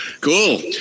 Cool